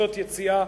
קנסות יציאה,